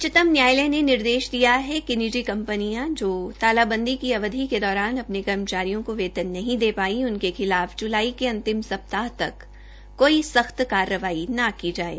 उच्च्तम न्यायालय ने निर्देश दिया है कि निजी कंपनियों जो तालाबंदी की अवधि के दौरान अपने कर्मचारियों को वेतन नहीं दे पाई उसके खिलाफ जुलाई के अंतिम सप्ताह तक कोई सख्त कार्रवाई न की जाये